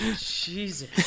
Jesus